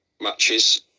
matches